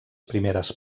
primeres